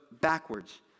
backwards